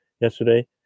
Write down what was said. yesterday